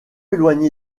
éloigné